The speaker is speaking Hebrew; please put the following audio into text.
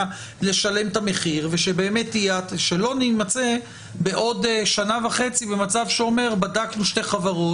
לשלם את המחיר ושלא נימצא בעוד שנה וחצי במצב שאומר שבדקנו שתי חברות,